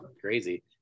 crazy